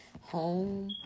home